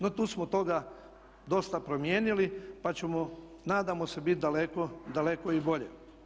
No tu smo toga dosta promijenili pa ćemo nadamo se biti daleko, daleko i bolje.